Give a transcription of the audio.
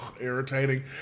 irritating